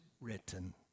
written